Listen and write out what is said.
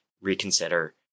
reconsider